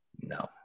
No